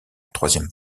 troisième